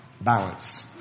balance